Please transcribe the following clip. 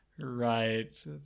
Right